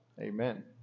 Amen